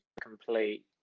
complete